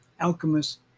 alchemists